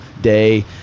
day